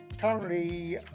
Currently